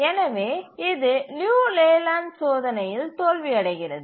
எனவே இது லியு லேலேண்ட் சோதனையில் தோல்வியடைகிறது